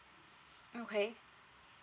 okay